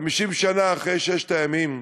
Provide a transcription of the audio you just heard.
50 שנה אחרי ששת הימים,